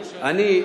אני,